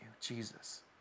Jesus